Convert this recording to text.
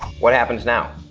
what happens now?